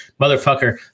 motherfucker